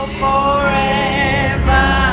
forever